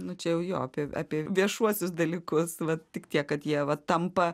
nu čia jau jo apie apie viešuosius dalykus vat tik tiek kad jie va tampa